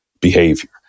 behavior